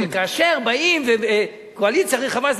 שכאשר באים לקואליציה רחבה,